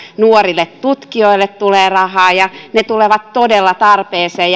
nuorille tutkijoille tulee rahaa ne tulevat todella tarpeeseen